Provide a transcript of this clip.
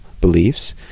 beliefs